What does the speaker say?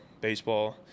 baseball